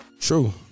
True